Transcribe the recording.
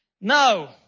No